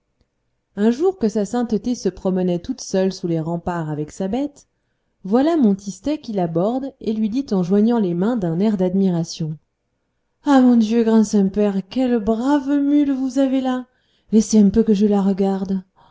un jour que sa sainteté se promenait toute seule sous les remparts avec sa bête voilà mon tistet qui l'aborde et lui dit en joignant les mains d'un air d'admiration ah mon dieu grand saint-père quelle brave mule vous avez là laissez un peu que je la regarde